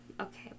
Okay